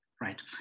right